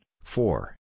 four